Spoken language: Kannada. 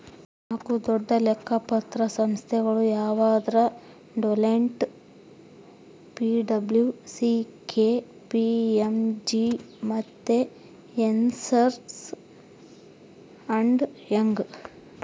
ನಾಕು ದೊಡ್ಡ ಲೆಕ್ಕ ಪತ್ರ ಸಂಸ್ಥೆಗುಳು ಯಾವಂದ್ರ ಡೆಲೋಯ್ಟ್, ಪಿ.ಡಬ್ಲೂ.ಸಿ.ಕೆ.ಪಿ.ಎಮ್.ಜಿ ಮತ್ತೆ ಎರ್ನ್ಸ್ ಅಂಡ್ ಯಂಗ್